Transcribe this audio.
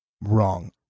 Wrong